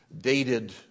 dated